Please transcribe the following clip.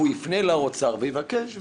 והוא יפנה לאוצר ויבקש.